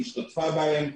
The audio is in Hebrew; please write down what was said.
השתתפה בהם.